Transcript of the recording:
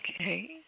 okay